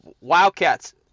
Wildcats